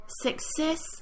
Success